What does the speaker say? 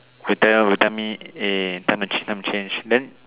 would tell will tell me eh time to change time to change then